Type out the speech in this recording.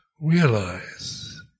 realize